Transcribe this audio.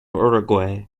uruguay